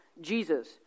Jesus